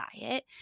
diet